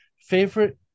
favorite